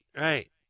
right